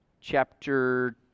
Chapter